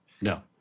No